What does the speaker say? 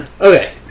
okay